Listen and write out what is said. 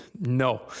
No